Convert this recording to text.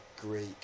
Greek